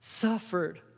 Suffered